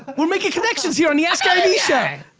we're making connections here on the askgaryvee show.